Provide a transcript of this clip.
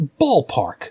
ballpark